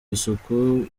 isuku